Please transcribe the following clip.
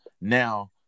Now